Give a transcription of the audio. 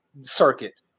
circuit